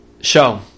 show